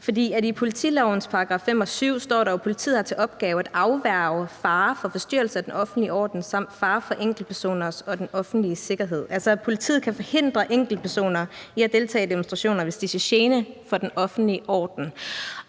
I politilovens §§ 5 og 7 står der, at politiet har til opgave at afværge fare for forstyrrelse af den offentlige orden samt fare for enkeltpersoners og den offentlige sikkerhed. Politiet kan altså forhindre enkeltpersoner i at deltage i demonstrationer, hvis de er til gene for den offentlige orden.